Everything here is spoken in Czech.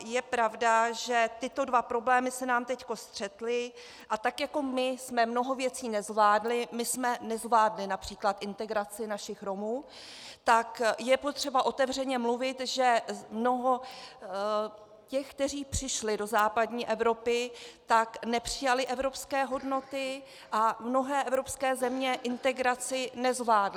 Je pravda, že tyto dva problémy se nám teď střetly, a tak jako my jsme mnoho věcí nezvládli, my jsme nezvládli například integraci našich Romů, tak je potřeba otevřeně mluvit, že mnoho těch, kteří přišli do západní Evropy, nepřijalo evropské hodnoty a mnohé evropské země integraci nezvládly.